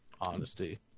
Honesty